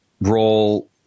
role